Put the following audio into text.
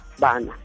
bana